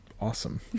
awesome